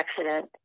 accident